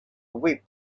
whip